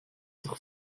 doch